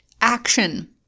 action